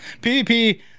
PvP